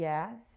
Yes